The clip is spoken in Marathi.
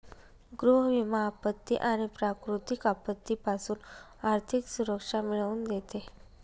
गृह विमा आपत्ती आणि प्राकृतिक आपत्तीपासून आर्थिक सुरक्षा मिळवून देते